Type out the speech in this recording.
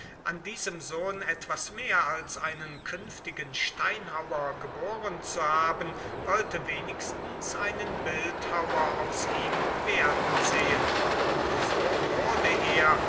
an diesem sohn etwas mehr als einen künftigen steinhauer geboren zu haben wollte wenigstens einen bildhauer aus ihm werden sehen und so wurde er